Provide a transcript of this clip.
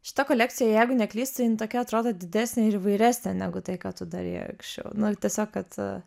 šita kolekcija jeigu neklystu jin tokia atrodo didesnė ir įvairesnė negu tai ką tu darei anksčiau nu tiesiog kad